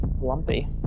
Lumpy